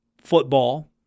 football